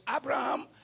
Abraham